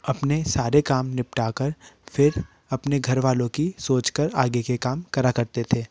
अपने सारे काम निपटाकर फिर अपने घर वालों की सोच कर आगे के काम करा करते थे